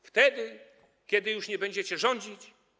Wtedy, kiedy już nie będziecie rządzić?